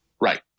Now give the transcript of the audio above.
Right